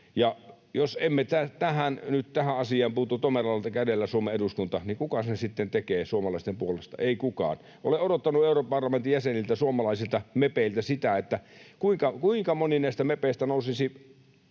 Jos emme nyt tähän asiaan puutu tomeralla kädellä Suomen eduskunnassa, niin kuka sen sitten tekee suomalaisten puolesta? Ei kukaan. Olen odottanut europarlamentin jäseniltä, suomalaisilta mepeiltä, sitä, kuinka moni näistä mepeistä nousisi